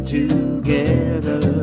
together